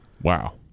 Wow